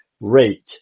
rate